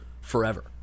forever